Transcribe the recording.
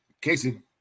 Casey